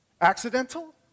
Accidental